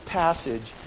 passage